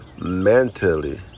mentally